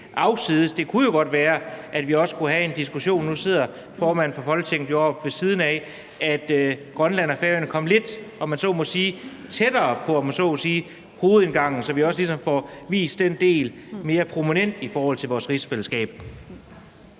Det kunne jo godt være, at vi også skulle have en diskussion om – nu sidder formanden for Folketinget jo oppe ved siden af – at Grønland og Færøerne kom lidt tættere på hovedindgangen, om man så må sige, så vi også ligesom får vist den del mere prominent i forhold til vores rigsfællesskab.